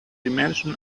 dimension